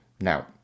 now